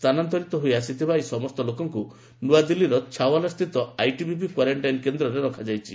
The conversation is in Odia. ସ୍ଥାନାନ୍ତରିତ ହୋଇ ଆସିଥିବା ଏହି ସମସ୍ତ ଲୋକଙ୍କୁ ନୂଆଦିଲ୍ଲୀର ଛାଓ୍ୱଲାସ୍ଥିତି ଆଇଟିବିପି କ୍ୱାରେଣ୍ଟାଇନ୍ କେନ୍ଦ୍ରରେ ରଖାଯାଇଛି